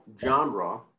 genre